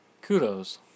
Kudos